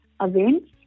events